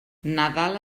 nadal